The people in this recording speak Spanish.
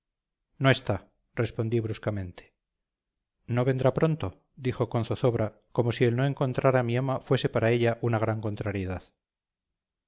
no está respondí bruscamente no vendrá pronto dijo con zozobra como si el no encontrar a mi ama fuese para ella una gran contrariedad